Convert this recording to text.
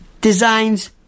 designs